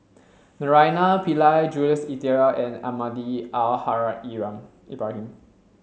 Naraina Pillai Jules Itier and Almahdi Al Haj Ibrahim